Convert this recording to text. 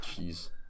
jeez